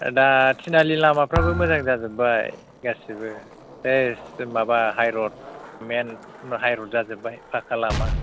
दाना तिनालि लामाफ्राबो मोजां जाजोबबाय गासिबो सेस माबा high road main high road जाजोबबाय पाक्का लामा